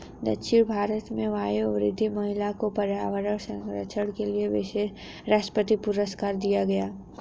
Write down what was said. दक्षिण भारत में वयोवृद्ध महिला को पर्यावरण संरक्षण के लिए विशेष राष्ट्रपति पुरस्कार दिया गया है